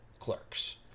Clerks